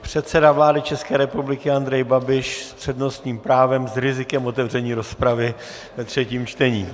Předseda vlády České republiky Andrej Babiš s přednostním právem s rizikem otevření rozpravy ve třetím čtení.